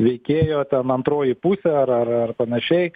veikėjo ten antroji pusė ar ar ar panašiai